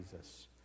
Jesus